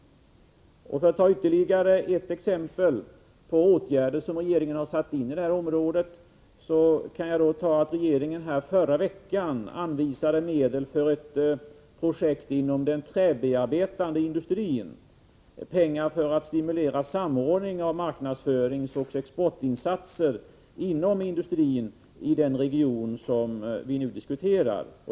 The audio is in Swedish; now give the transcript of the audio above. För att ta ytterligare ett exempel på åtgärder som regeringen har satt in i detta område kan jag nämna att regeringen förra veckan anvisade medel för ett projekt inom den träbearbetande industrin. Det gällde pengar för att stimulera samordning av marknadsföringsoch exportinsatser inom industrin i den region som vi nu diskuterar.